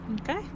Okay